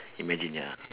imagine ya